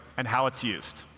and how it's used.